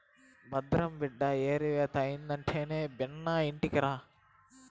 భద్రం బిడ్డా ఏరివేత అయినెంటనే బిన్నా ఇంటికిరా